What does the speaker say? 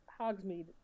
Hogsmeade